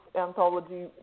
anthology